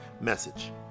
message